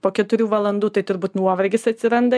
po keturių valandų tai turbūt nuovargis atsiranda